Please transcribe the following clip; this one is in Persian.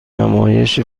نمایش